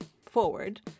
forward